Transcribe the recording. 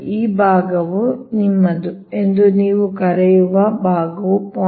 5 ಈ ಭಾಗವು ನಿಮ್ಮದು ಎಂದು ನೀವು ಕರೆಯುವ ಈ ಭಾಗವು 0